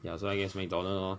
ya so I guess mcdonald lor